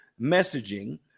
messaging